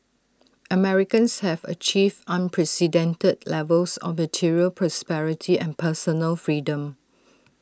Americans have achieved unprecedented levels of material prosperity and personal freedom